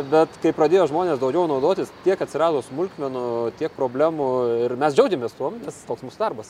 bet kai pradėjo žmonės daugiau naudotis tiek atsirado smulkmenų tiek problemų ir mes džiaugiamės tuom nes toks mūsų darbas